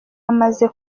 amaze